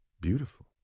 beautiful